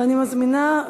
אני מזמינה,